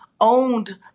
owned